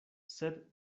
sed